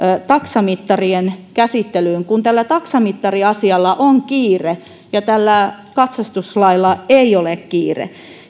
taksamittarien käsittelyyn kun tällä taksamittariasialla on kiire ja tällä katsastuslailla ei ole kiire